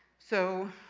so,